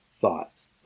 thoughts